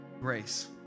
grace